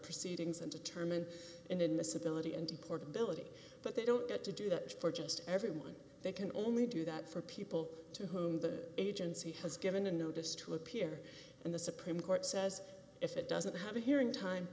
proceedings and determine and in this ability and the portability but they don't get to do that for just everyone they can only do that for people to whom the agency has given a notice to appear in the supreme court says if it doesn't have a hearing time